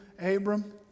Abram